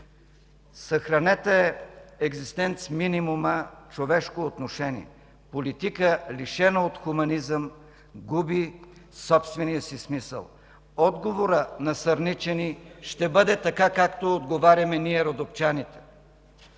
съхранете екзистенц минимума човешко отношение. Политика, лишена от хуманизъм, губи собствения си смисъл. Отговорът на сърничани ще бъде така, както отговаряме ние, родопчаните